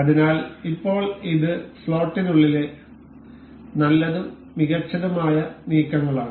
അതിനാൽ ഇപ്പോൾ ഇത് സ്ലോട്ടിനുള്ളിലെ നല്ലതും മികച്ചതുമായ നീക്കങ്ങളാണ്